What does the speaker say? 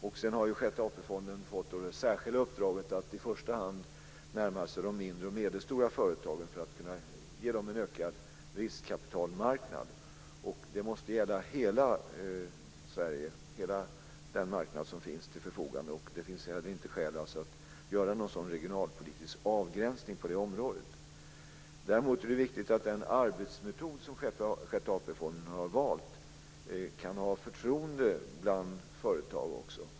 Sjätte AP-fonden har också fått det särskilda uppdraget att i första hand närma sig de mindre och medelstora företagen för att kunna ge dem en ökad riskkapitalmarknad. Det måste gälla hela Sverige - hela den marknad som finns till förfogande. Det finns inte skäl att göra någon regionalpolitisk avgränsning på det området. Däremot är det viktigt att den arbetsmetod som Sjätte AP-fonden har valt har förtroende bland företagen.